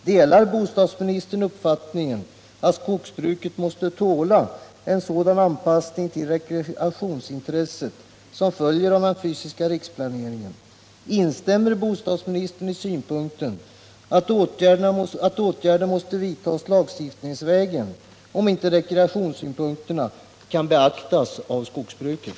Delar bostadsministern uppfattningen att skogsbruket måste tåla en sådan anpassning till rekreationsintresset som följer av den fysiska riksplaneringen? Instämmer bostadsministern i synpunkten att åtgärder måste vidtas lagstiftningsvägen, om inte rekreationssynpunkterna beaktas av skogsbruket?